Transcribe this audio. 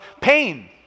pain